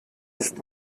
ist